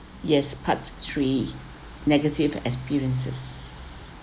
yes part three negative experiences